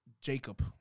Jacob